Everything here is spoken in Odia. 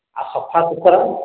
ଆଉ ସଫା ସୁତୁରା